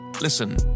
Listen